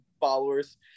followers